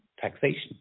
taxation